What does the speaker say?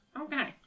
okay